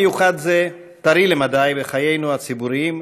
יום מיוחד זה טרי למדי בחיינו הציבוריים,